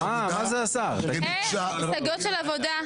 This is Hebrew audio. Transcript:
כמקשה אחת --- הסתייגויות של "עבודה".